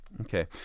Okay